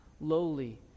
lowly